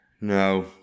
No